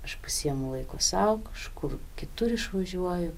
aš pasiimu laiko sau kažkur kitur išvažiuoju